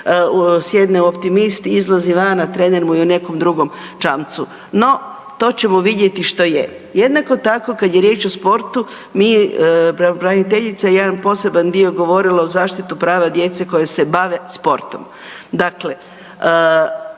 sjedne u Optimist, izlazi van, a trener mu je u nekom drugom čamcu. No, to ćemo vidjeti što je. Jednako tako kada je riječ o sportu mi, pravobraniteljica je jedan poseban dio govorila o zaštiti prava djece koji se bave sportom. Dakle,